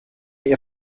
ihr